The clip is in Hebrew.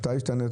אתה השתנית,